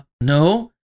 no